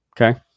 okay